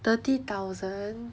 thirty thousand